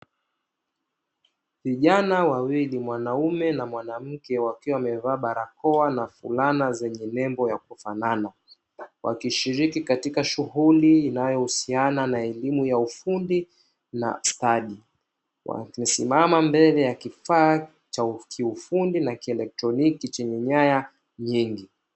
Vijana wawili mwanaume na mwanamke wakiwa wamevaa barakoa na fulana zenye kufanana, wakishiriki katika shughuli inayohusiana elimu ya kiufundi na stadi, wamesimama mbele ya kifaa cha kiufundi na cha kieloktroniki chenye nyaya nyingi.